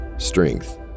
strength